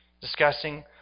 discussing